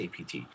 APT